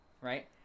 right